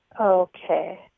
Okay